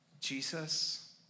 Jesus